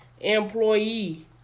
employee